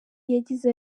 yagize